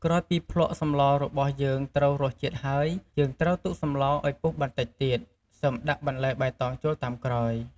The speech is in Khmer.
ក្រោយពីភ្លក្សសម្លរបស់យើងត្រូវរសជាតិហើយ យើងត្រូវទុកសម្លឱ្យពុះបន្តិចទៀត សិមដាក់បន្លែបៃតងចូលតាមក្រោយ។